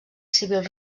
civil